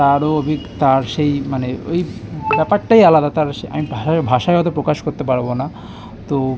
তারও অভিগ তার সেই মানে ওই ব্যাপারটাই আলাদা তার সে আমি ভায়াও ভাষায় অত প্রকাশ করতে পারবো না তো